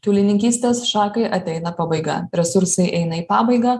kiaulininkystės šakai ateina pabaiga resursai eina į pabaigą